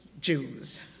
Jews